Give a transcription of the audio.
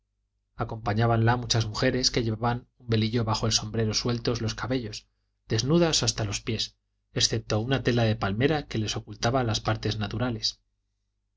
acompañábanla muchas mujeres que llevaban un velillo bajo un sombrero sueltos los cabellos desnudas hasta los pies excepto una tela de palmera que les ocultaba las partes naturavuelto